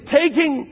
taking